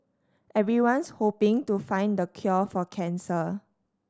everyone's hoping to find the cure for cancer